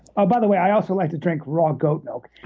by the way, i also like to drink raw goat milk